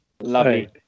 Lovely